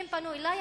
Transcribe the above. הן פנו אלי,